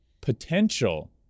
potential